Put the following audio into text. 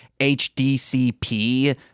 HDCP